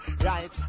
right